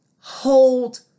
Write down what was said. Hold